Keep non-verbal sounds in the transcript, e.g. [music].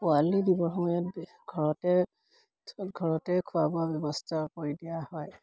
পোৱালি দিবৰ সময়ত [unintelligible] ঘৰতে ঘৰতেই খোৱা বোৱা ব্যৱস্থা কৰি দিয়া হয়